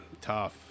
tough